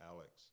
Alex